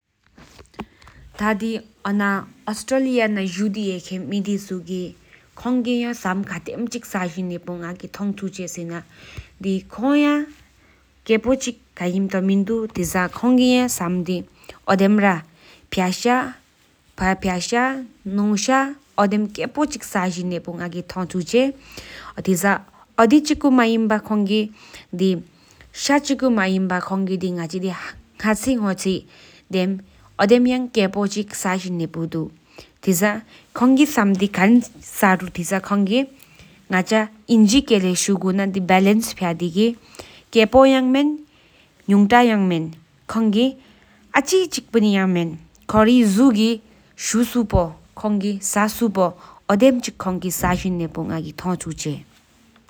ཐ་དེ་ཨོས་ཏྲེ་ཨ་ལི་ཡ་ན་འཇུ་དེ་ཧེ་ཀེན་མེ་དེཆོགས་གཇི་མ་ཀོ་སམ་ཁར་དུ་རྟེན་ལེན་བྱིན་པ་བསྟེན་ནས། ས་སེ་རྡོག་དོ་གཞི་ལེན་པ་ཡང་འེང་གོ་མི་འོག་གཅུག་བཟུང་རེད། ལགོག་བསྟེན་འཁྱག་འཚལ་དོ། ངོས་ཐབས་སྦ་བཀུད་འབད་དུད་རྟེན་ལེན་བྱེད་དུ་སེལ་འཁོར་སངས་པ་༼ཧེད་ཀར་ངེ་ར་ཅིག་ཡང་མེད། གླེངས་སེང་ཁ་ཁྲག གོ་འགྲོས་རྣམ་འོངས།༽། ཐི་ཨ་གཞས་ཐོབ་ནི་ཛ་ལི་ཚན་ཡག་འདུག་ཡོང་། ལགས་ངལ་བསྒལ་འདི་ལོས་སྐྱེལ་སྐོང་ནི་དང་འདུལ་འགྲོལ་ནི་བཟོད་ཅིང་དེ་བོད་སྔོན་ནས་རིག་བརྙེད་ལྟར་ངེ་ཚལ་ནང་མ་འདུ་།